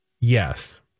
Yes